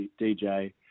DJ